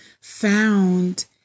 found